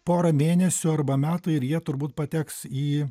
porą mėnesių arba metų ir jie turbūt pateks į